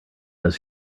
does